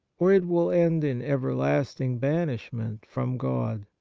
or it will end in everlasting banishment from god.